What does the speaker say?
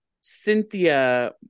Cynthia